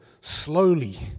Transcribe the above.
slowly